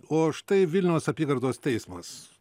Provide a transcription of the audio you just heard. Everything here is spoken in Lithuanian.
o štai vilniaus apygardos teismas